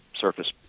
surface